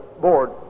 board